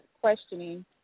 questioning